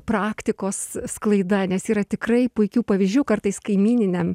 praktikos sklaida nes yra tikrai puikių pavyzdžių kartais kaimyniniam